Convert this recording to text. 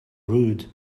rude